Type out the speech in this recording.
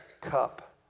cup